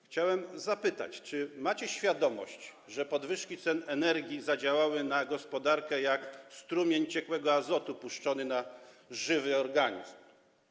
Chciałbym zapytać, czy macie świadomość, że podwyżki cen energii zadziałały na gospodarkę jak strumień ciekłego azotu puszczony na żywy organizm.